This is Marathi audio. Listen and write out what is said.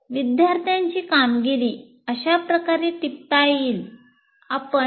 विद्यार्थ्यांची कामगिरी अशा प्रकारे टिपता येईल